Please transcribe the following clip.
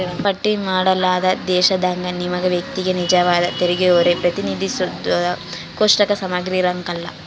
ಪಟ್ಟಿ ಮಾಡಲಾದ ದೇಶದಾಗ ನಿಗಮ ವ್ಯಕ್ತಿಗೆ ನಿಜವಾದ ತೆರಿಗೆಹೊರೆ ಪ್ರತಿನಿಧಿಸೋದ್ರಾಗ ಕೋಷ್ಟಕ ಸಮಗ್ರಿರಂಕಲ್ಲ